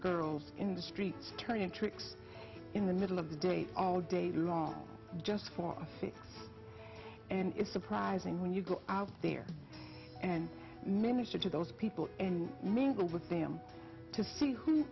girls in the street turning tricks in the middle of the day all day long just for the and it's surprising when you go out there and minister to those people and mingle with them to fee